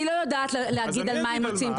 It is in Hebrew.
אני לא יודעת להגיד על מה הם מוציאים את הכסף.